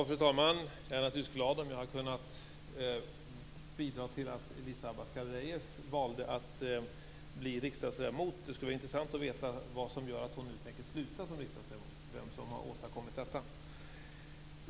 Fru talman! Jag är naturligtvis glad om jag har kunnat bidra till att Elisa Abascal Reyes valde att bli riksdagsledamot. Det skulle vara intressant att veta vad det är som gör att hon nu tänker sluta som riksdagsledamot och vem som har åstadkommit detta.